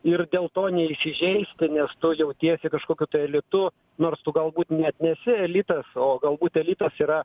ir dėl to neįsižeisti nes tu jautiesi kažkokiu tai elitu nors tu galbūt net nesi elitas o galbūt elitas yra